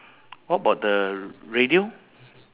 the tent below below got three